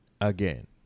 again